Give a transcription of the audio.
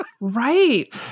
right